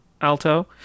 Alto